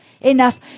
Enough